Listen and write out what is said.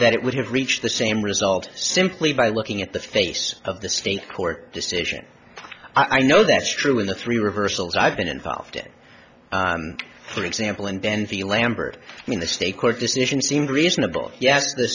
that it would have reached the same result simply by looking at the face of the state court decision i know that's true in the three reversals i've been involved in for example and then the lambert in the state court decision seemed reasonable yes the